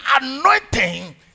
anointing